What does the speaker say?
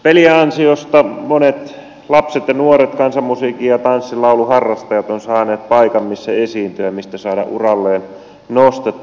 spelien ansiosta monet lapset ja nuoret kansanmusiikin ja tanssin laulun harrastajat ovat saaneet paikan missä esiintyä mistä saada uralleen nostetta